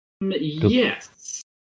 yes